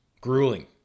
Grueling